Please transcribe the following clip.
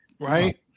right